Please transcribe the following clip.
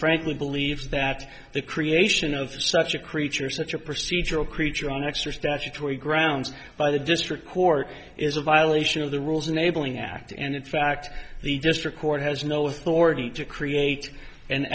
frankly believes that the creation of such a creature such a procedural creature on x or statutory grounds by the district court is a violation of the rules enabling act and in fact the district court has no authority to create an